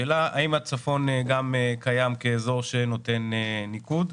השאלה האם הצפון גם קיים כאזור שנותן ניקוד?